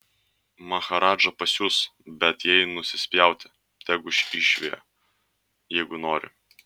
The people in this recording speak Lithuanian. maharadža pasius bet jai nusispjauti tegu išveja jeigu nori